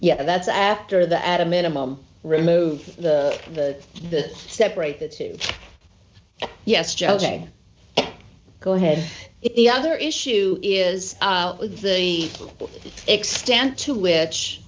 yeah that's after the at a minimum remove the the the separate the two yes joe ok go ahead if the other issue is with the extent to which